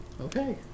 Okay